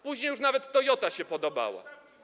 Później już nawet Toyota się podobała.